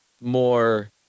more